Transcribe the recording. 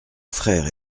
frère